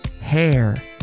hair